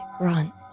grunt